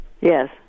Yes